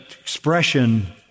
expression